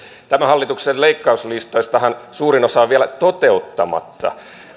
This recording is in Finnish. tämän hallituksen leikkauslistoistahan suurin on vielä toteuttamatta